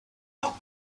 top